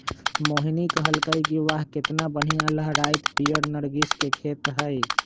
मोहिनी कहलकई कि वाह केतना बनिहा लहराईत पीयर नर्गिस के खेत हई